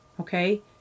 Okay